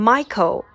Michael